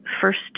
first